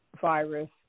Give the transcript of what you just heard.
virus